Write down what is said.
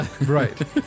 Right